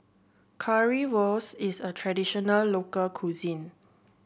Currywurst is a traditional local cuisine